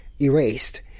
erased